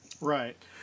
Right